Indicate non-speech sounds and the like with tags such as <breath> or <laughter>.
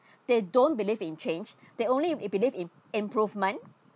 <breath> they don't believe in change <breath> they only believe in improvement